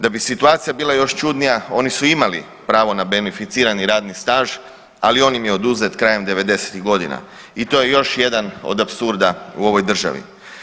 Da bi situacija bila još čudnija oni su imali pravo na beneficirani radni staž ali on im je oduzet krajem devedesetih godina i to je još jedan od apsurda u ovoj državi.